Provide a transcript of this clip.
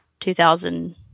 2000